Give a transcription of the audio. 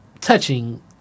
touching